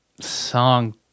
Song